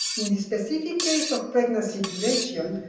in the specific case of pregnancy duration,